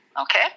okay